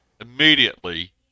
immediately